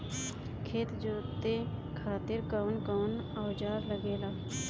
खेत जोते खातीर कउन कउन औजार लागेला?